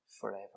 forever